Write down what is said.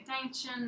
attention